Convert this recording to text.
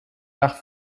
nach